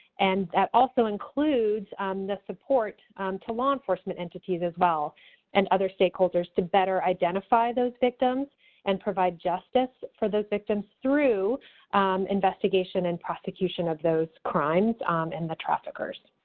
and that also includes um the support to law enforcement entities, as well and other stakeholders, to better identify those victims and provide justice for the victims through investigation and prosecution of those crimes and the traffickers.